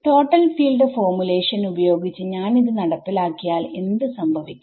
total field formulation ഉപയോഗിച്ച് ഞാനിത് നടപ്പിലാക്കിയാൽ എന്ത് സംഭവിക്കും